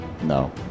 No